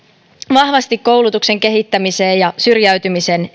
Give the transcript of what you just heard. vahvasti koulutuksen kehittämiseen ja syrjäytymisen